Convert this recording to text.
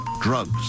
drugs